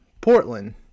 Portland